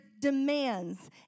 demands